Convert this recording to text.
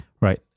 Right